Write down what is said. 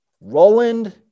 Roland